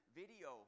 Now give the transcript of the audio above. video